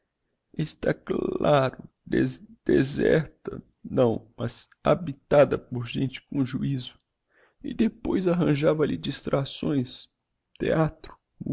claro de deserta não mas habitada por gente com juizo e depois arranjava lhe distracções theatro